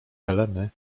heleny